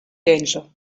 danger